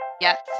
Yes